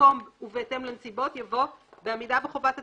ובמקום "ובהתאם לנסיבות" יבוא "בעמידה בחובת התשלום,